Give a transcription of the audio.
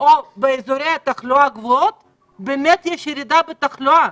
או באזורי התחלואה הגבוהים יש ירידה בתחלואה,